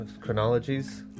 chronologies